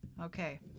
Okay